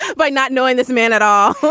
by not knowing this man at all,